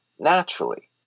naturally